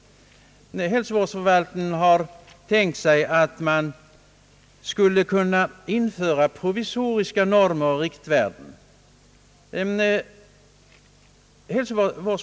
Hälsovårdsförvaltningen har tänkt sig att man skulle kunna införa provisoriska normer och riktvärden.